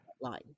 line